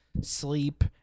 sleep